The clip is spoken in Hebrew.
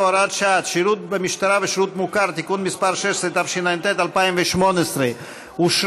6 בעד סעיפים 1 2, 18 נגד,